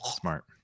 smart